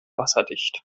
wasserdicht